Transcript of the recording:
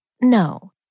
No